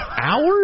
hours